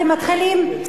אל תיתני לי ציונים.